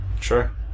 sure